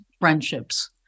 friendships